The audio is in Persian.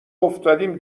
افتادیم